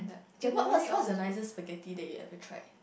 eh what's what's the nicest spaghetti that you've ever tried